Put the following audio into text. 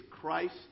Christ